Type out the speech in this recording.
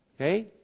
Okay